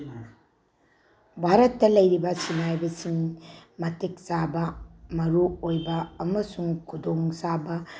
ꯚꯥꯔꯠꯇ ꯂꯩꯔꯤꯕ ꯁꯤꯟꯅꯥꯏꯕꯁꯤꯡ ꯃꯇꯤꯛ ꯆꯥꯕ ꯃꯔꯨ ꯑꯣꯏꯕ ꯑꯃꯁꯨꯡ ꯈꯨꯗꯣꯡ ꯆꯥꯕ